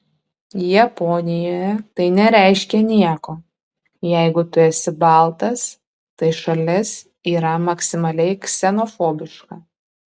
japonijoje tai nereiškia nieko jeigu tu esi baltas tai šalis yra maksimaliai ksenofobiška